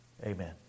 Amen